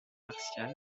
marcial